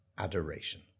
Adoration